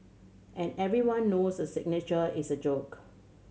and everyone knows the signature is a joke